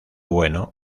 bueno